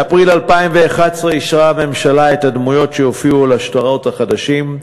באפריל 2011 אישרה הממשלה את הדמויות שיופיעו על השטרות החדשים.